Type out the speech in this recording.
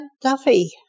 Duffy